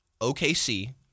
OKC